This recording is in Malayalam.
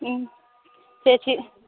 ചേച്ചി